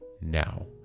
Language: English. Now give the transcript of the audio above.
now